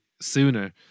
sooner